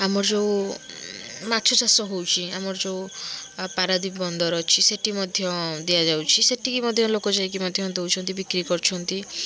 ଆମର ଯୋଉ ମାଛଚାଷ ହେଉଛି ଆମର ଯେଉଁ ପାରାଦ୍ୱୀପ ବନ୍ଦର ଅଛି ସେଠି ମଧ୍ୟ ଦିଆଯାଉଛି ସେଠିକି ମଧ୍ୟ ଲୋକ ଯାଇକି ମଧ୍ୟ ଦେଉଛନ୍ତି ବିକ୍ରି କରୁଛନ୍ତି